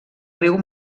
riu